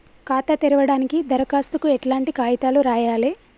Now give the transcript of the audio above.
ఖాతా తెరవడానికి దరఖాస్తుకు ఎట్లాంటి కాయితాలు రాయాలే?